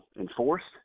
enforced